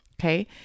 Okay